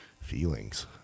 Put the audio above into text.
feelings